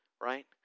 right